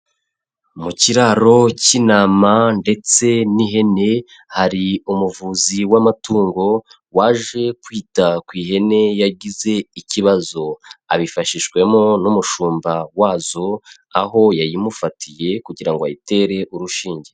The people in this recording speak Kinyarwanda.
Mu kiraro k'intama ndetse n'ihene, hari umuvuzi w'amatungo waje kwita ku ihene yagize ikibazo abifashijwemo n'umushumba wazo, aho yayimufatiye kugira ngo ayitere urushinge.